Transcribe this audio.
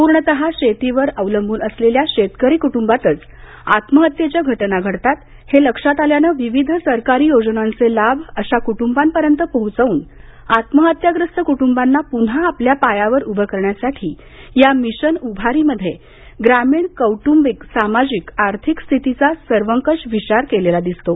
पूर्णतः शेतीवर अवलंबून असलेल्या शेतकरी कुटुंबातच आत्महत्येच्या घटना घडतात हे लक्षात आल्यानं विविध सरकारी योजनांचे लाभ अशा कुटुंबांपर्यंत पोहोचवून आत्महत्याग्रस्त कुटुंबांना पुन्हा आपल्या पायावर उभं करण्यासाठी या मिशन उभारी मध्ये ग्रामीण कौटुंबिक सामाजिक आर्थिक स्थितीचा सर्वंकष विचार केलेला दिसतो